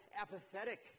apathetic